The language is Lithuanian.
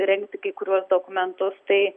rengti kai kuriuos dokumentus tai